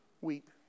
weep